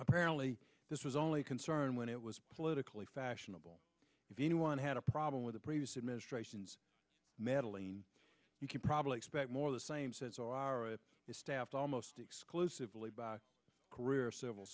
apparently this was only concerned when it was politically fashionable if anyone had problem with the previous administration's meddling you can probably expect more of the same says or it is staffed almost exclusively by career civil